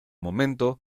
momento